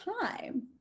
time